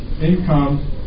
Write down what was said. income